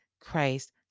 Christ